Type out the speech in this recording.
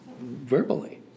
verbally